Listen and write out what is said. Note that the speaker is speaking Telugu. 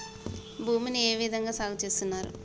భూమిని ఏ విధంగా సాగు చేస్తున్నారు?